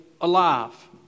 alive